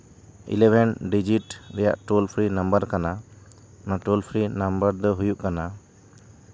ᱤᱞᱮᱵᱷᱮᱱ digit ᱨᱮᱭᱟᱜ toll free number ᱠᱟᱱᱟ ᱚᱱᱟ ᱴᱳᱞ ᱯᱷᱨᱤ ᱱᱟᱢᱵᱟᱨ ᱫᱚ ᱦᱩᱭᱩᱜ ᱠᱟᱱᱟ